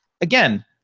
Again